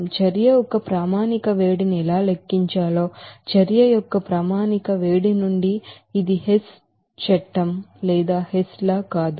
standard heat of reaction ని ఎలా లెక్కించాలో స్టాండ్డ్ర్డ్ హీట్ అఫ్ రియాక్షన్ నుండి ఇది హెస్ చట్టం కాదు